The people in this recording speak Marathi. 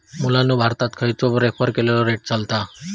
मुलांनो भारतात खयचो रेफर केलेलो रेट चलता?